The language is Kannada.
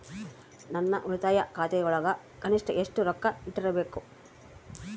ನನ್ನ ಉಳಿತಾಯ ಖಾತೆಯೊಳಗ ಕನಿಷ್ಟ ಎಷ್ಟು ರೊಕ್ಕ ಇಟ್ಟಿರಬೇಕು?